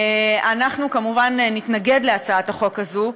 אנחנו כמובן נתנגד להצעת החוק הזאת.